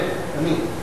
כן, אני.